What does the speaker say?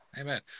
Amen